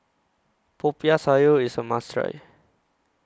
Popiah Sayur IS A must Try